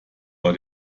war